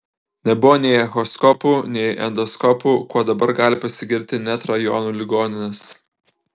nebuvo nei echoskopų nei endoskopų kuo dabar gali pasigirti net rajonų ligoninės